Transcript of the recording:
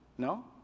No